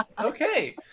Okay